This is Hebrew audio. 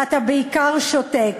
ואתה בעיקר שותק.